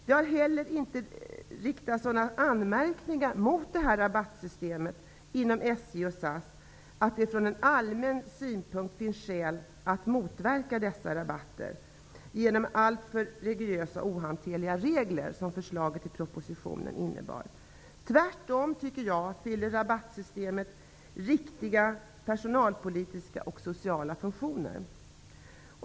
Det har inte heller riktats sådana anmärkningar mot rabattsystemet inom SJ och SAS att det från allmän synpunkt finns skäl att motverka dessa rabatter genom alltför rigorösa och ohanterliga regler, vilket förslaget i propositionen innebär. Tvärtom fyller rabattsystemet viktiga personalpolitiska och sociala funktioner.